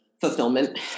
fulfillment